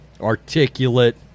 Articulate